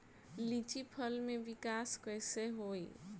लीची फल में विकास कइसे होई?